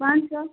پانچ سو